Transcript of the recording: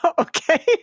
Okay